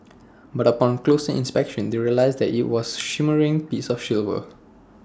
but upon closer inspection they realised that IT was A shimmering piece of silver